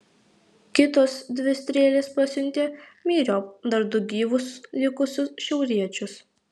kitos dvi strėlės pasiuntė myriop dar du gyvus likusius šiauriečius